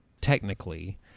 technically